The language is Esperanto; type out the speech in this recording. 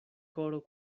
koro